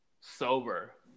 sober